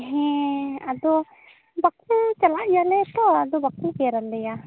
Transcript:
ᱦᱮᱸ ᱟᱫᱚ ᱵᱟᱠᱩ ᱪᱟᱞᱟᱜ ᱜᱮᱭᱟᱞᱮ ᱛᱳ ᱟᱫᱚ ᱵᱟᱠᱚ ᱠᱮᱭᱟᱨᱟᱞᱮᱭᱟ